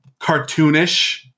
cartoonish